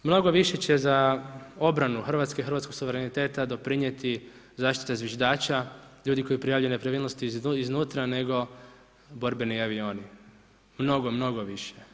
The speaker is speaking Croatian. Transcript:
Mnogo više će za obranu Hrvatske i hrvatskog suvereniteta doprinijeti zaštita zviždača, ljudi koji prijave nepravilnosti iz unutra, nego borbeni avioni, mnogo, mnogo više.